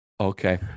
Okay